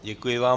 Děkuji vám.